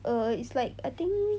err is like I think